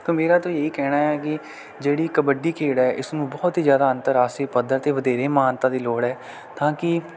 ਕ ਮੇਰਾ ਤੋ ਇਹ ਹੀ ਕਹਿਣਾ ਕਿ ਜਿਹੜੀ ਕਬੱਡੀ ਖੇਡ ਹੈ ਇਸਨੂੰ ਬਹੁਤ ਹੀ ਜ਼ਿਆਦਾ ਅੰਤਰਰਾਸ਼ਟਰੀ ਪੱਧਰ 'ਤੇ ਵਧੇਰੇ ਮਾਨਤਾ ਦੀ ਲੋੜ ਹੈ ਤਾਂ ਕਿ